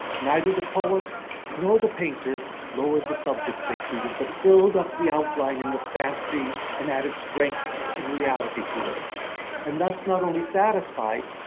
neither the poet nor the painter lowered the subjects they treated, but filled up the outline in the fancy, and added strength and reality to it and thus not only satisfied,